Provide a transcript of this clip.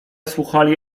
słuchali